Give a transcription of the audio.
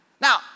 Now